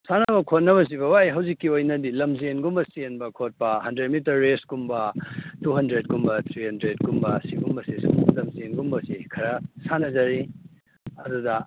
ꯁꯥꯟꯅꯕ ꯈꯣꯠꯅꯕꯁꯤ ꯕꯕꯥ ꯑꯩ ꯍꯧꯖꯤꯛꯀꯤ ꯑꯣꯏꯅꯗꯤ ꯂꯝꯖꯦꯟꯒꯨꯝꯕ ꯆꯦꯟꯕ ꯈꯣꯠꯄ ꯍꯟꯗ꯭ꯔꯦꯠ ꯃꯤꯇꯔ ꯔꯦꯁꯀꯨꯝꯕ ꯇꯨ ꯍꯟꯗ꯭ꯔꯦꯠꯀꯨꯝꯕ ꯊ꯭ꯔꯤ ꯍꯟꯗ꯭ꯔꯦꯠꯀꯨꯝꯕ ꯁꯤꯒꯨꯝꯕꯁꯦ ꯁꯨꯝ ꯂꯝꯖꯦꯟꯒꯨꯝꯕꯁꯦ ꯈꯔ ꯁꯥꯟꯅꯖꯔꯤ ꯑꯗꯨꯗ